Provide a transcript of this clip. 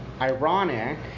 ironic